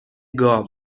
گاو